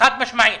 חד משמעית.